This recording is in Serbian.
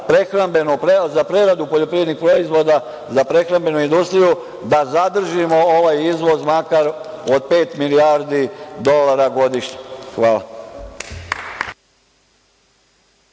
je to i za preradu poljoprivrednih proizvoda, za prehrambenu industriju, da zadržimo ovaj izvoz makar od pet milijardi dolara godišnje. Hvala.